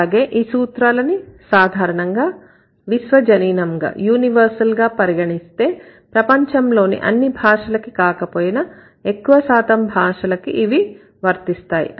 అలాగే ఈ సూత్రాలని సాధారణంగా విశ్వజనీనంగా పరిగణిస్తే ప్రపంచంలోని అన్ని భాషలకి కాకపోయినా ఎక్కువ శాతం భాషలకి ఇవి వర్తిస్తాయి